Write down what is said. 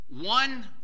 one